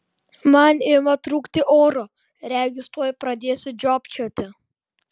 man ima trūkti oro regis tuoj pradėsiu žiopčioti